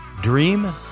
dream